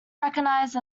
recognized